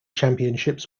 championships